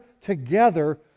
together